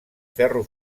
ferro